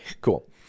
Cool